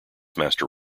master